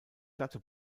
glatte